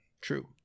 True